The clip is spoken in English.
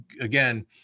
again